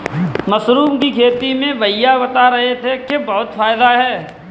mushroom की खेती में भैया बता रहे थे कि बहुत फायदा है